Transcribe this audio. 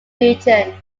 region